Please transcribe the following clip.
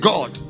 God